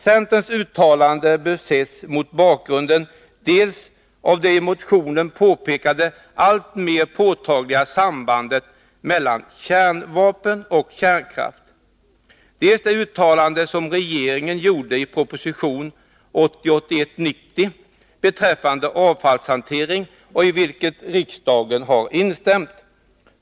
Centerns uttalande bör ses mot bakgrund av dels det i motionen påpekade, alltmer påtagliga sambandet mellan kärnvapen och kärnkraft, dels det uttalande som regeringen gjorde i proposition 1980/81:90 beträffande avfallshanteringen och i vilket riksdagen har instämt.